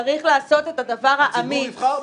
צריך לעשות את הדבר האמיץ --- הציבור יבחר בו.